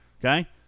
Okay